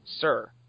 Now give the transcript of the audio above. sir